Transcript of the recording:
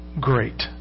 great